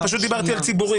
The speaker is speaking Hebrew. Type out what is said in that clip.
אני פשוט דיברתי על קהלים.